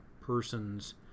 persons